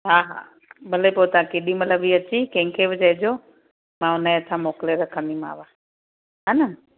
हा हा भले पोइ तव्हां केॾी महिल बि अची कंहिंखे बि चइजो मां उनजे हथां मोकिले रखंदीमाव हे न